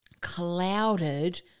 clouded